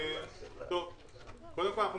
קודם כל,